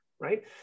right